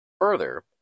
Further